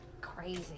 crazy